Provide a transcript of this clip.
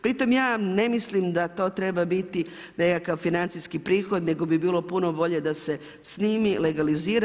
Pri tom ja ne mislim da to treba biti nekakav financijski prihod nego bi bilo puno bolje da se snimi, legalizira.